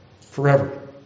forever